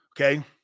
Okay